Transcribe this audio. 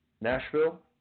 Nashville